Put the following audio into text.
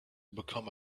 become